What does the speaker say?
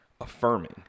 affirming